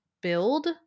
build